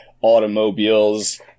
automobiles